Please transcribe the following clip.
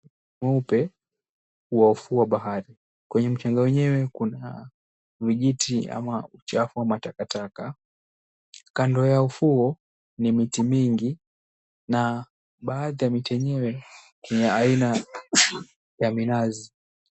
Mweuoe wa ufuo wa bahari, kwenye mchanga wenyewe kuna vijiti ama uchafu wa matakataka. Kando ya ufuo ni miti mingi na baadhi ya miti yenyewe ni ya aina ya minazi.